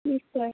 নিশ্চয়